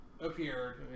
appeared